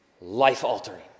life-altering